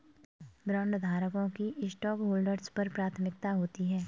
बॉन्डधारकों की स्टॉकहोल्डर्स पर प्राथमिकता होती है